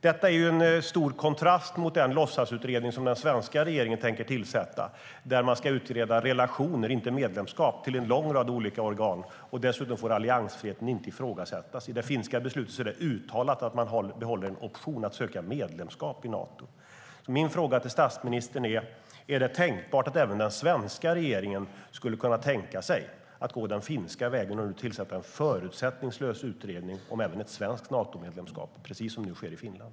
Detta är en stor kontrast mot den låtsasutredning som den svenska regeringen tänker tillsätta, där man ska utreda relationer och inte medlemskap till en lång rad olika organ. Dessutom får alliansfriheten inte ifrågasättas. I det finska beslutet är det uttalat att man behåller en option att söka medlemskap i Nato. Min fråga till statsministern är: Skulle även den svenska regeringen kunna tänka sig att gå den finska vägen och nu tillsätta en förutsättningslös utredning om ett svenskt Natomedlemskap, precis som nu sker i Finland?